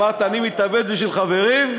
אמרת: אני מתאבד בשביל חברים,